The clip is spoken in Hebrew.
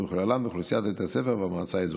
ובכללם אוכלוסיית בית הספר והמועצה האזורית.